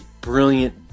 brilliant